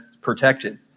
protected